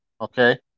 Okay